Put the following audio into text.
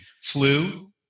flu